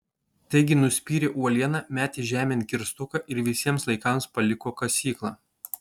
taigi nuspyrė uolieną metė žemėn kirstuką ir visiems laikams paliko kasyklą